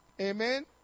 amen